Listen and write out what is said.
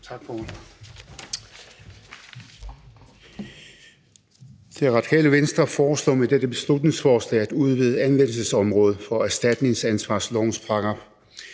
Tak for ordet.